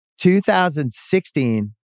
2016